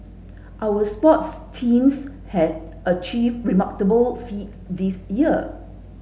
our sports teams have achieved remarkable feat this year